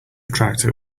tractor